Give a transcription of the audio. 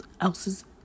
else's